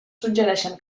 suggereixen